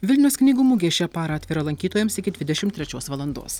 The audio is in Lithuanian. vilniaus knygų mugė šią parą atvira lankytojams iki dvidešimt trečios valandos